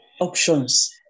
options